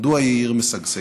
מדוע היא עיר משגשגת?